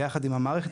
ביחד עם המערכת,